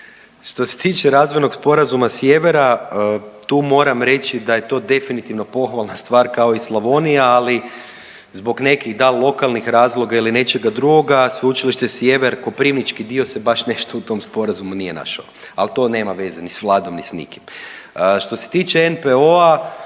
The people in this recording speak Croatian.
Što se tiče razvojnog sporazuma Sjevera tu moram reći da je to definitivno pohvalna stvar kao i Slavonija, ali zbog nekih dal lokalnih razloga ili nečega drugoga Sveučilište Sjever koprivnički dio se baš nešto u tom sporazumu nije našao, ali to nema veze ni s vladom ni s nikim. Što se tiče NPO-a,